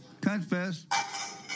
Confess